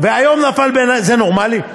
והיום נפל בן-אדם, זה נורמלי?